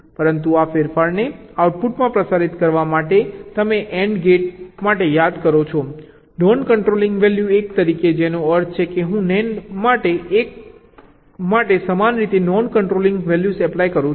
પરંતુ આ ફેરફારને આઉટપુટમાં પ્રસારિત કરવા માટે તમે AND ગેટ માટે યાદ કરો છો નોન કંટ્રોલિંગ વેલ્યૂ 1 તરીકે જેનો અર્થ છે કે હું NAND માટે 1 માટે સમાન રીતે નોન કંટ્રોલિંગ વેલ્યૂઝ એપ્લાય કરું છું